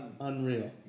Unreal